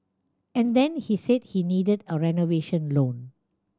and then he said he needed a renovation loan